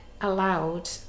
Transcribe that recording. allowed